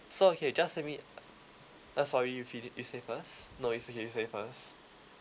so okay just let me uh sorry you you say first no it's okay you say first